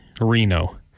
Reno